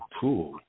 tool